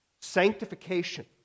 sanctification